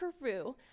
Peru